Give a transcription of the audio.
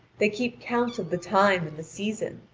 they keep count of the time and the season.